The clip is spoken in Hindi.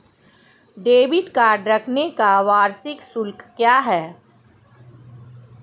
डेबिट कार्ड रखने का वार्षिक शुल्क क्या है?